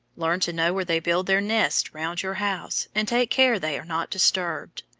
learn to know where they build their nests round your house, and take care they are not disturbed.